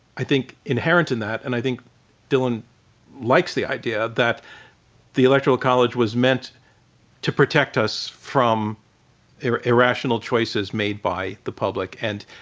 i think, inherent in that and i think dillan likes the idea that the electoral college was meant to protect us from irrational choices made by the public. and